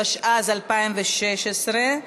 התשע"ז 2016,